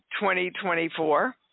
2024